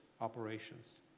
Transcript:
operations